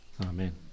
Amen